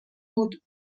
بود